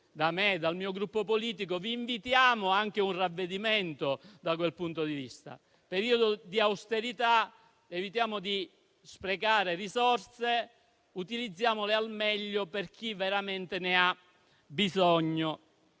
da me e dal mio Gruppo politico, vi invitiamo a un ravvedimento da questo punto di vista: in un periodo di austerità evitiamo di sprecare risorse e utilizziamole al meglio per chi veramente ne ha bisogno.